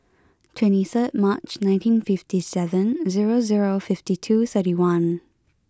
two third March nineteen fifty seven zero zero fifty two thirty one